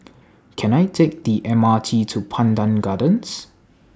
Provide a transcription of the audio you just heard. Can I Take The M R T to Pandan Gardens